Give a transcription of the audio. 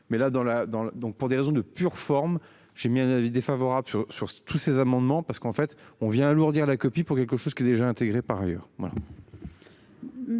dans, donc pour des raisons de pure forme, j'ai mis un avis défavorable sur sur tous ces amendements parce qu'en fait on vient alourdir la copie pour quelque chose qui est déjà intégré par ailleurs